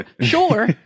Sure